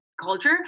culture